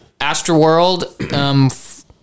Astroworld